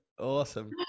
awesome